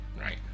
right